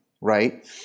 right